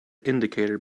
indicator